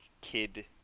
kid